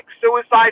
suicide